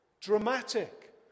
Dramatic